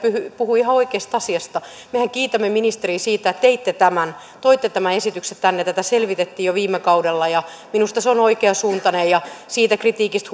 puhui ihan oikeasta asiasta mehän kiitämme ministeriä siitä että teitte tämän toitte tämän esityksen tänne tätä selvitettiin jo viime kaudella ja minusta se on oikeansuuntainen ja siitä kritiikistä